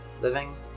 Living